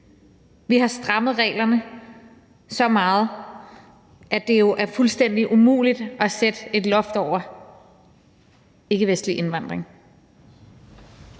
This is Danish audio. Vi har strammet reglerne så meget, at det er fuldstændig umuligt at sætte et loft over ikkevestlig indvandring.